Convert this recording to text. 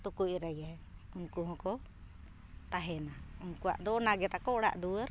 ᱛᱩᱠᱩᱡ ᱨᱮᱜᱮ ᱩᱱᱠᱩ ᱦᱚᱸᱠᱚ ᱛᱟᱦᱮᱱᱟ ᱩᱱᱠᱩᱣᱟᱜ ᱫᱚ ᱚᱱᱟᱜᱮ ᱛᱟᱠᱚ ᱚᱲᱟᱜ ᱫᱩᱣᱟᱹᱨ